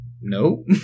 Nope